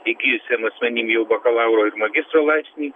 įgijusiam asmeninį jau bakalauro ir magistro laipsnį